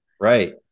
Right